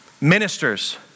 ministers